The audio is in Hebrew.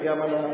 וגם על,